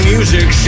Music